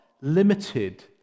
limited